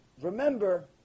remember